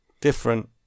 Different